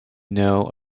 know